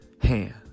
hand